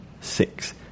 six